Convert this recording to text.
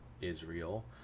Israel